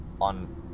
on